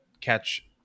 catch